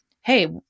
hey